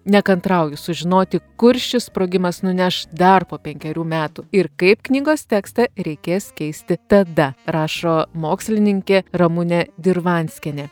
nekantrauju sužinoti kur šis sprogimas nuneš dar po penkerių metų ir kaip knygos tekstą reikės keisti tada rašo mokslininkė ramunė dirvanskienė